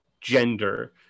gender